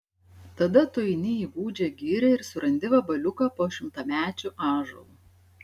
tada tu eini į gūdžią girią ir surandi vabaliuką po šimtamečiu ąžuolu